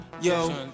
yo